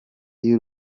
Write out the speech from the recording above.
y’u